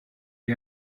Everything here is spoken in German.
die